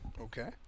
Okay